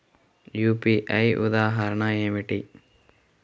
UPI ఉదాహరణ ఏమిటి?